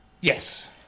Yes